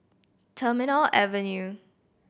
Terminal Avenue